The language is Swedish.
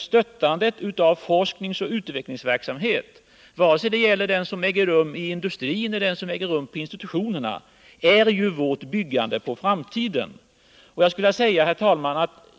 Stöttandet av forskningsoch utvecklingsverksamhet— vare sig det gäller den som äger rum i industrin eller den som äger rum på institutionerna — är ju vår satsning på framtiden.